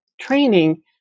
training